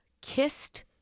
kissed